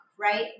right